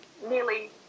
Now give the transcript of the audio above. Nearly